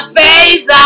face